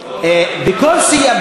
בכל סיעה,